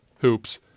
hoops